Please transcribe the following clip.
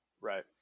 Right